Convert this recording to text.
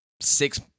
six